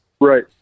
Right